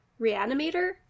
Reanimator